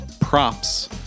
props